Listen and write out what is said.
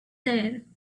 there